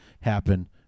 happen